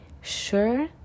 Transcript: sure